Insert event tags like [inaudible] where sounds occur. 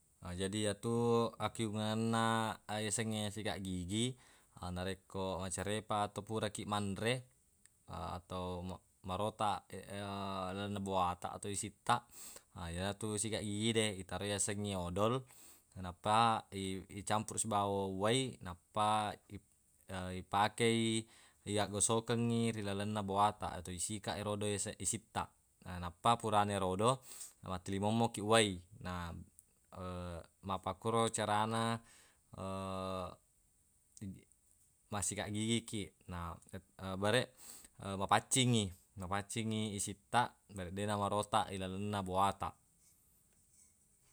Na jadi yetu akkegungenna ayasengnge sikaq gigi a- narekko macarepa atau pura kiq manre a- atau marotaq [hesitation] lalenna boataq atau isittaq [noise] yenatu sikaq gigi de itaroi yasengnge odol nappa i- icampuruq sibawa uwai nappa i- ipakei riaggosokengngi ri lalenna boataq atau isikaq erodo yase isittaq na nappa puranerodo mattalimommo kiq uwai na [hesitation] mappakoro carana [hesitation] massikaq gigi kiq na [hesitation] bareq mapaccingngi mafaccingngi isittaq bareq deq namarotaq ilalenna boataq. [noise]